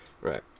Right